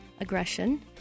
aggression